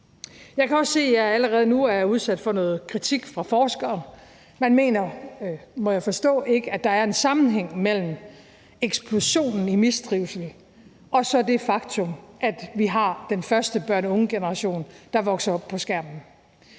Jeg kan også se, at jeg allerede nu er udsat for noget kritik fra forskere. Man mener ikke, må jeg forstå, at der er en sammenhæng mellem eksplosionen i mistrivsel og det faktum, at vi har den første børne- og ungegeneration, der vokser op med skærmen.